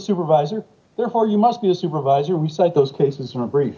supervisor therefore you must be a supervisor we cite those cases in a brief